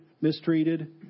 mistreated